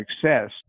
success